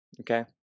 Okay